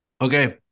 Okay